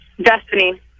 Destiny